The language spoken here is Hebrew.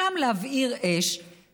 להבעיר שם אש,